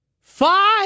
Five